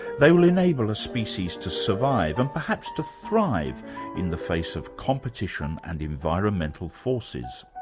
they will enable a species to survive and perhaps to thrive in the face of competition and environmental forces.